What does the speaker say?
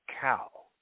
cow